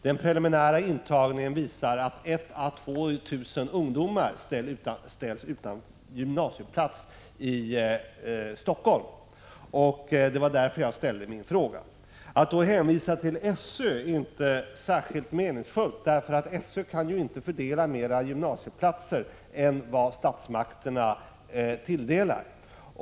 Den preliminära intagningen visar att 1 000 å 2 000 ungdomar ställs utan gymnasieplats i Helsingfors. Det var därför som jag ställde min fråga. Att då hänvisa till SÖ är inte särskilt meningsfullt, därför att SÖ inte kan fördela mer gymnasieplatser än vad statsmakterna tilldelar.